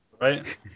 right